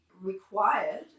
required